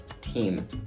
team